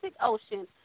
Ocean